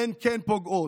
הן כן פוגעות,